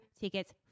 tickets